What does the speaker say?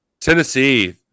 Tennessee